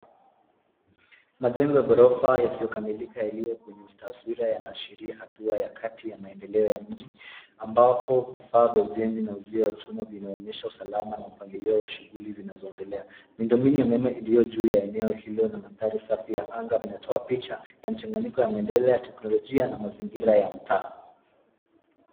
Majengo ya ghorofa yasiyokamilika yaliyo kwenye taswira, yanaashiria hatua ya kati ya maendeleo ya mji ambapo vifaa vya ujenzi na uzio wa chuma vinaonyesha usalama na mpangilio wa shughuli zinazoendelea. Miundo mbinu ya umeme iliyo juu ya eneo hilo na mandhari safi ya anga vinatoa picha ya mchanganyiko ya maendeleo ya teknolojia na mazingira ya mtaa.